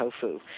tofu